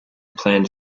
pan